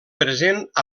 present